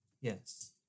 Yes